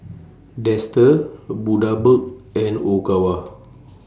Dester Bundaberg and Ogawa